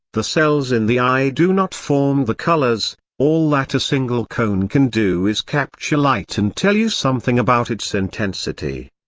the cells in the eye do not form the colors all that a single cone can do is capture light and tell you something about its intensity.